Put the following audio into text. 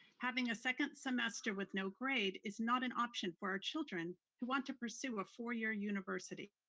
having a second semester with no grade is not an option for our children who want to pursue a four-year university.